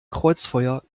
kreuzfeuer